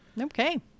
Okay